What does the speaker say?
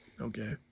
Okay